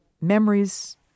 memories